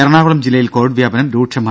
എറണാകുളം ജില്ലയിൽ കോവിഡ് വ്യാപനം രൂക്ഷമായി